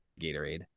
Gatorade